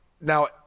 now